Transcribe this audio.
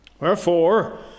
Wherefore